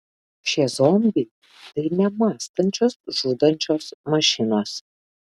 šie zombiai tai nemąstančios žudančios mašinos